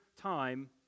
time